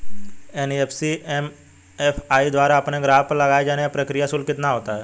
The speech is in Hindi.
एन.बी.एफ.सी एम.एफ.आई द्वारा अपने ग्राहकों पर लगाए जाने वाला प्रक्रिया शुल्क कितना होता है?